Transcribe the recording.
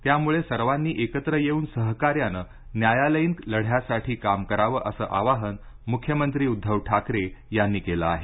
त्यामुळे सर्वांनी एकत्र येऊन सहकार्यानं न्यायालयीन लढ्यासाठी काम करावं असं आवाहन मुख्यमंत्री उद्धव ठाकरे यांनी केलं आहे